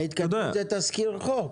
ההתקדמות זה תזכיר חוק.